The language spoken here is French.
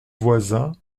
voisin